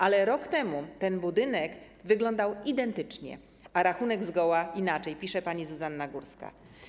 Ale rok temu ten budynek wyglądał identycznie, a rachunek zgoła inaczej - pisze pani Zuzanna Górska.